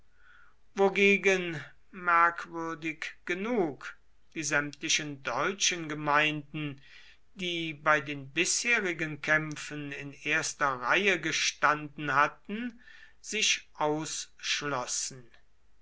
wogegen merkwürdig genug die sämtlichen deutschen gemeinden die bei den bisherigen kämpfen in erster reihe gestanden hatten sich ausschlossen